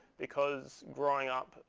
because growing up,